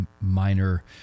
minor